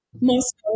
Moscow